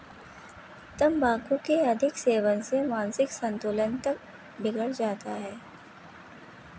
तंबाकू के अधिक सेवन से मानसिक संतुलन तक बिगड़ जाता है